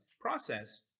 process